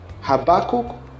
Habakkuk